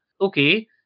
Okay